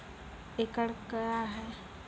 एकड कया हैं?